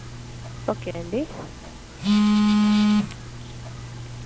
అంటే ఏమి కాదు కొంచెం బయట తిరిగితే మళ్ళీ పిల్లలు చదవరు కదా